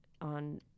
on